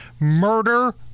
Murder